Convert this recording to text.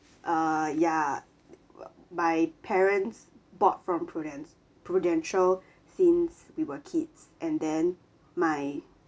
uh ya my parents bought from prudence~ prudential since we were kids and then my